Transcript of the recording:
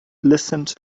listened